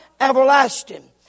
everlasting